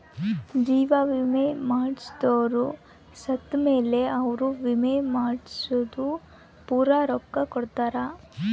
ಜೀವ ವಿಮೆ ಮಾಡ್ಸದೊರು ಸತ್ ಮೇಲೆ ಅವ್ರ ವಿಮೆ ಮಾಡ್ಸಿದ್ದು ಪೂರ ರೊಕ್ಕ ಕೊಡ್ತಾರ